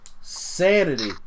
Sanity